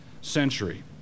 century